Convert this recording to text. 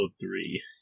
three